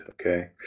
Okay